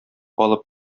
алып